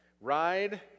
Ride